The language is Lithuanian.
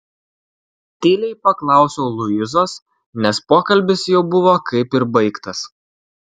tyliai paklausiau luizos nes pokalbis jau buvo kaip ir baigtas